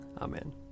Amen